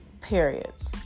periods